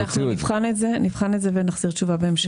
אנחנו נבחן את זה, ונחזיר תשובה בהמשך.